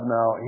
Now